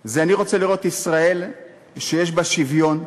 זה, אני רוצה לראות ישראל שיש בה שוויון,